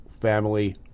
family